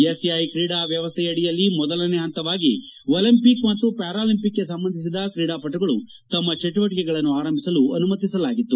S A I ಕ್ರೀಡಾ ವ್ಯವಸ್ಥೆಯಡಿಯಲ್ಲಿ ಮೊದಲನೇ ಹಂತವಾಗಿ ಒಲಿಂಪಿಕ್ ಹಾಗೂ ಪ್ಲಾರಾಲಿಂಪಿಕ್ಗೆ ಸಂಬಂಧಿಸಿದ ಕ್ರೀಡಾ ಪಟುಗಳು ತಮ್ಮ ಚಟುವಟಿಕೆಗಳನ್ನು ಆರಂಭಿಸಲು ಅನುಮತಿಸಲಾಗಿತ್ತು